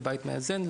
לבית מאזן,